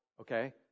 okay